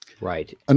Right